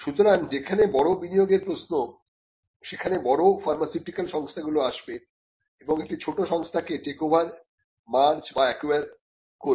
সুতরাং যেখানে বড় বিনিয়োগের প্রশ্ন সেখানে বড় ফার্মাসিটিক্যাল সংস্থাগুলি আসবে এবং একটি ছোট সংস্থাকে টেকওভার মার্জ বা একোয়ার করবে